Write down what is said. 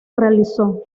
realizó